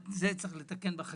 את זה צריך לתקן בחקיקה.